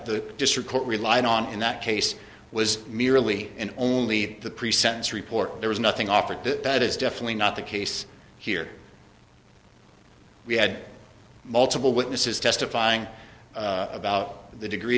the district court relied on in that case was merely and only the pre sentence report there was nothing offered it that is definitely not the case here we had multiple witnesses testifying about the degree